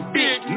big